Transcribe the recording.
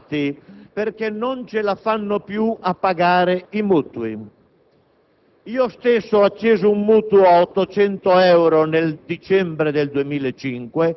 perché il nemico dell'artigiano non è il suo lavoratore e il nemico del lavoratore non è l'artigiano, ma tutti e due hanno la banca che li strozza.